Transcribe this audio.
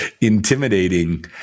intimidating